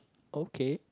okay